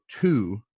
two